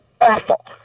awful